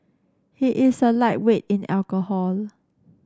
he is a lightweight in alcohol